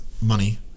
money